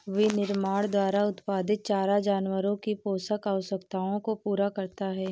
विनिर्माण द्वारा उत्पादित चारा जानवरों की पोषण आवश्यकताओं को पूरा करता है